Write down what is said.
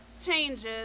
changes